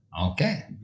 Okay